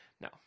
No